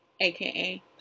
aka